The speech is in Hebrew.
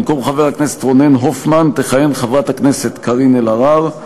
במקום חבר הכנסת רונן הופמן תכהן חברת הכנסת קארין אלהרר,